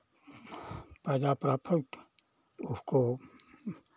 फायदा प्रोफिट उसको